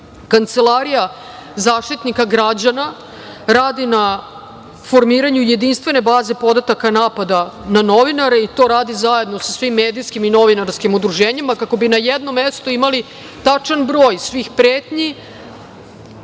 Kancelarija Zaštitnika građana radi na formiranju jedinstvene baze podataka napada na novinare i to radi zajedno sa svim medijskih i novinarskim udruženjima kako bi na jednom mestu imali tačan broj svih pretnji